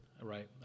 right